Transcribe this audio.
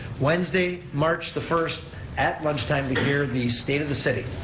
wednesday, march the first at lunchtime to hear the state of the city.